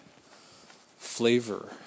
flavor